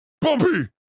Bumpy